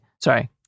Sorry